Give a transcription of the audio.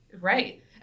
Right